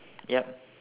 yup